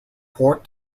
port